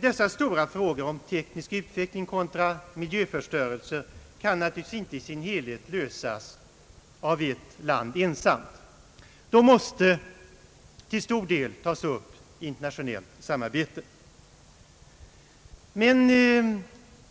Dessa stora frågor om teknisk utveckling kontra miljöförstöring kan naturligtvis inte i sin helhet lösas av ett land ensamt. De måste till stor del tas upp i internationellt samarbete. Men